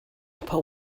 but